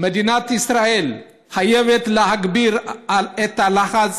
מדינת ישראל חייבת להגביר את הלחץ